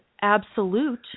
absolute